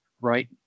right